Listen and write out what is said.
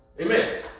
Amen